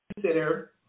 consider